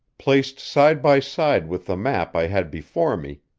placed side by side with the map i had before me,